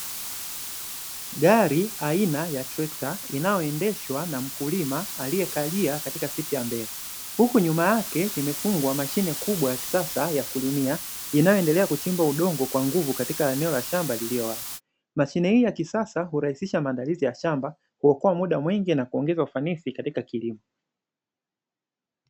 Gari ania ya trekta inayoendeshwa na mkulima aliekalia katika siti ya mbele, huku nyuma yake imefungwa mashine ya kisasa ya kulimia inayoendelea kuchimba udongo kwa nguvu katika eneo la shamba lililo wazi. Mashine hii ya kisasa hurahisisha maandalizi ya shamba, kuokoa muda mwingi na kuongeza ufanisi katika kilimo.